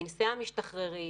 כנסי המשתחררים,